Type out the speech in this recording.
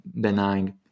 benign